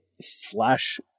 slash